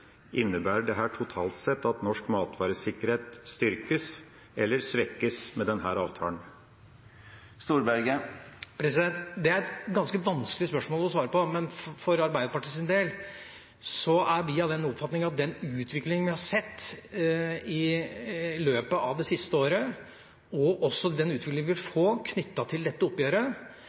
Innebærer dette totalt sett at norsk matvaresikkerhet styrkes eller svekkes med denne avtalen? Det er et ganske vanskelig spørsmål å svare på, men for Arbeiderpartiets del er vi av den oppfatning at med den utviklingen vi har sett i løpet av det siste året, og også den utviklingen vi vil få knyttet til dette oppgjøret,